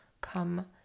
come